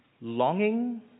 longing